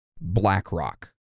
BlackRock